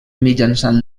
mitjançant